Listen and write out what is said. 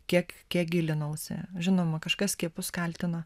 kiek kiek gilinausi žinoma kažkas skiepus kaltina